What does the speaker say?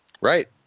Right